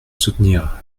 soutenir